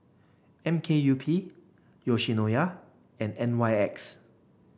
M K U P Yoshinoya and N Y X